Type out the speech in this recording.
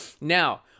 Now